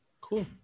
Cool